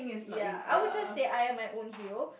ya I would just say I am my own hero